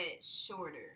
shorter